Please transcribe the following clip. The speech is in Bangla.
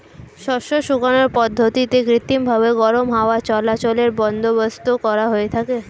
শস্য শুকানোর পদ্ধতিতে কৃত্রিমভাবে গরম হাওয়া চলাচলের বন্দোবস্ত করা হয়ে থাকে